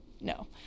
no